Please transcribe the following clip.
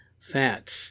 Fats